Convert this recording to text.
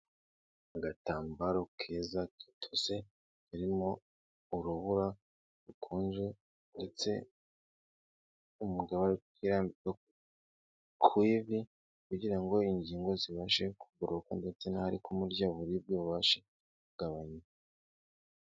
Agatambaro keza gatose, haririmo urubura rukonje ndetse umugabo ari kukirambika ku ivi kugira ngo ingingo zibashe kugoroka ndetse n'ahari kumurya uburibwe bubashe kugabanyuka.